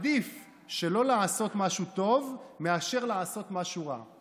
עדיף שלא לעשות משהו טוב מאשר לעשות משהו רע.